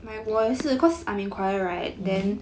mm